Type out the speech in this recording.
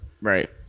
Right